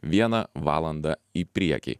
vieną valandą į priekį